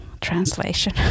translation